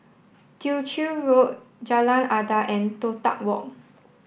Tew Chew Road Jalan Adat and Toh Tuck Walk